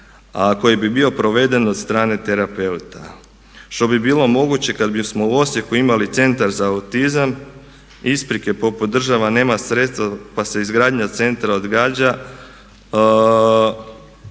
koji bi bio proveden od strane terapeuta. Što bi bilo moguće kad bismo u Osijeku imali Centar za autizam. Isprike poput država nema sredstva pa se izgradnja centra odgađa,